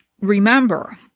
Remember